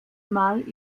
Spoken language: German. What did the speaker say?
mal